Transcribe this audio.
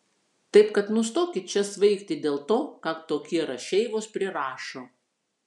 taip kad nustokit čia svaigti dėl to ką tokie rašeivos prirašo